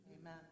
Amen